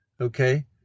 okay